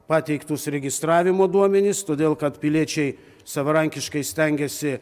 pateiktus registravimo duomenis todėl kad piliečiai savarankiškai stengiasi